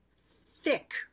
thick